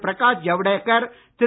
Prakash Javadekar Thiru